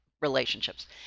relationships